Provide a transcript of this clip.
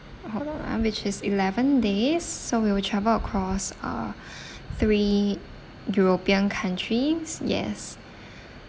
uh which is eleven days so we will travel across uh three european countries yes